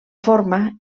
forma